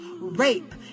rape